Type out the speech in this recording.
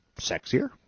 sexier